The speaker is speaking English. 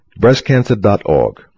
Breastcancer.org